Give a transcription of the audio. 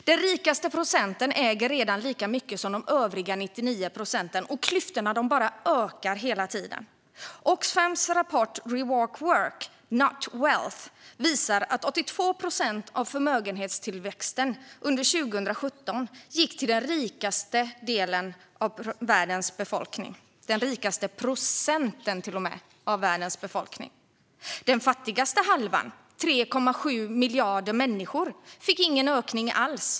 Den rikaste procenten äger redan lika mycket som de övriga 99 procenten, och klyftorna bara ökar hela tiden. Oxfams rapport Reward Work, Not Wealth visar att 82 procent av förmögenhetstillväxten under 2017 gick till den rikaste delen - till och med den rikaste procenten - av världens befolkning. Den fattigaste halvan, 3,7 miljarder människor, fick ingen ökning alls.